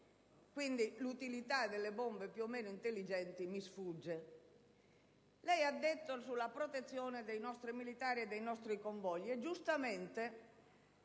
metri. L'utilità delle bombe, più o meno intelligenti, dunque mi sfugge. Lei ha parlato della protezione dei nostri militari e dei nostri convogli e, giustamente,